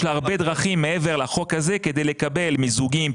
יש לה הרבה דרכים מעבר לחוק הזה כדי לקבל מיזוגים.